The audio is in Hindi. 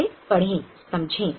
इसे पढ़ें समझी